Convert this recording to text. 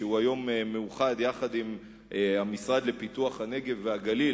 שהיום הוא מאוחד עם המשרד לפיתוח הנגב והגליל,